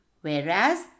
whereas